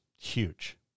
huge